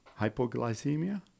hypoglycemia